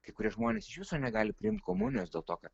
kai kurie žmonės iš viso negali priimt komunijos dėl to kad